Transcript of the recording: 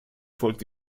folgt